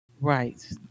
Right